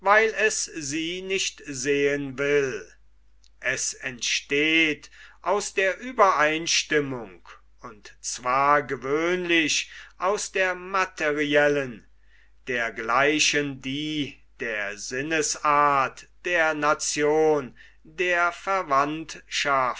es sie nicht sehn will es entsteht aus der übereinstimmung und zwar gewöhnlich aus der materiellen dergleichen die der sinnesart der nation der verwandtschaft